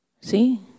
See